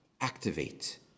activate